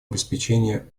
обеспечения